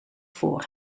voor